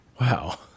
Wow